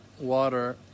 water